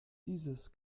dieses